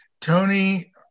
Tony